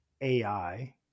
AI